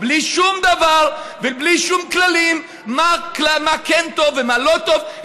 בלי שום דבר ובלי שום כללים מה כן טוב ומה לא טוב.